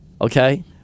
Okay